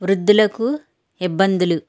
వృద్ధులకు ఇబ్బందులు